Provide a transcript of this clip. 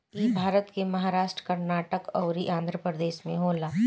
इ भारत के महाराष्ट्र, कर्नाटक अउरी आँध्रप्रदेश में होला